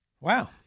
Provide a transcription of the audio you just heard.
Wow